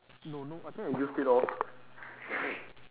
no no I think I used it all